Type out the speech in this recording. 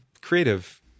creative